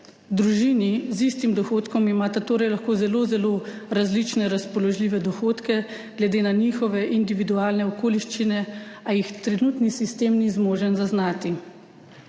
Družini z istim dohodkom imata torej lahko zelo, zelo različne razpoložljive dohodke glede na njihove individualne okoliščine, a jih trenutni sistem ni zmožen zaznati.